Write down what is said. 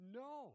no